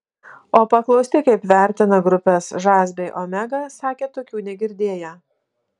o paklausti kaip vertina grupes žas bei omega sakė tokių negirdėję